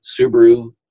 Subaru